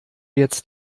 jetzt